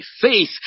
faith